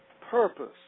Purpose